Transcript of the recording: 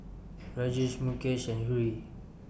Rajesh Mukesh and Hri